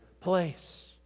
place